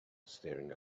staring